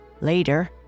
Later